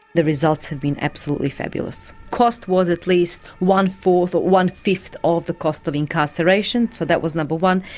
the results have been absolutely fabulous. cost was at least one fourth or one fifth of the cost of incarceration, so that was number one.